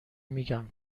میگم